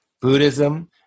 Buddhism